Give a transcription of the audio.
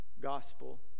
gospel